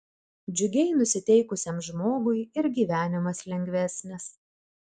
džiugiai nusiteikusiam žmogui ir gyvenimas lengvesnis